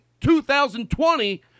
2020